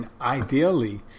ideally